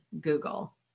Google